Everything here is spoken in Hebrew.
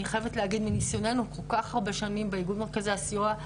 אני חייבת להגיד מנסיוננו כל כך הרבה שנים מאיגוד מרכזי הסיוע,